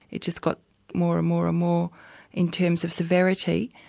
it just got more and more and more in terms of severity.